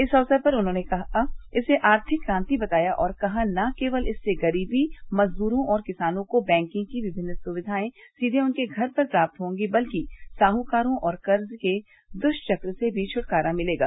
इस अवसर पर उन्होंने इसे आर्थिक क्रांति बताया और कहा कि न केवल इससे गरीबों मजदूरों और किसानों को बैंकिंग की विभिन्न सुक्वियाएं सीवे उनके घर पर प्राप्त होगी बल्कि साहकारों और कर्ज के दृष्वक्र से भी छटकारा मिलेगा